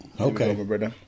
Okay